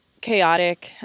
chaotic